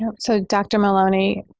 and so dr. maloney,